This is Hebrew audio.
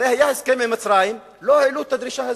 הרי היה הסכם עם מצרים, לא העלו את הדרישה הזאת,